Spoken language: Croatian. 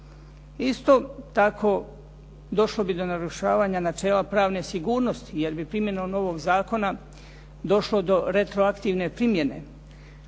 Isto tako došlo bi do narušavanja načela pravne sigurnosti, jer bi primjenom novog zakona došlo do retroaktivne primjene.